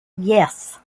yes